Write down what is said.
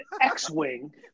X-Wing